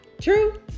True